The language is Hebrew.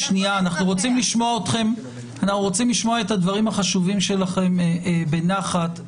אנחנו רוצים לשמוע את הדברים החשובים שלכם בנחת.